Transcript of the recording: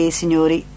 signori